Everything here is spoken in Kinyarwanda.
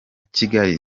kigali